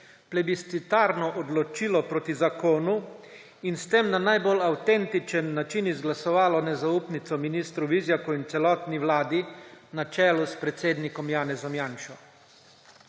plebiscitarno odločilo proti zakonu in s tem na najbolj avtentičen način izglasovalo nezaupnico ministru Vizjaku in celotni vladi, na čelu s predsednikom Janezom Janšo.